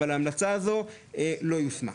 אבל ההמלצה הזו לא יושמה.